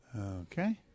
Okay